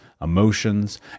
emotions